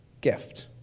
gift